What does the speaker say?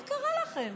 מה קרה לכם?